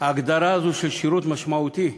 ההגדרה הזו של שירות משמעותי,